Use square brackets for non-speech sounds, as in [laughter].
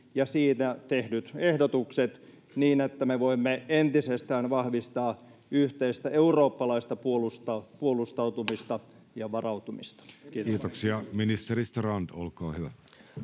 ja siinä tehdyt ehdotukset niin, että me voimme entisestään vahvistaa yhteistä eurooppalaista puolustautumista [noise] ja varautumista? [Speech